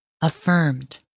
affirmed